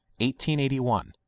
1881